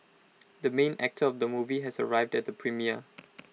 the main actor of the movie has arrived at the premiere